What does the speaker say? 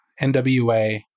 NWA